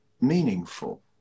meaningful